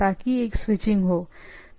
ताकि एक स्विचिंग हो